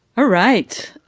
ah right.